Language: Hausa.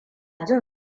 jin